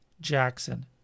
Jackson